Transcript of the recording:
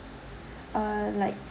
uh like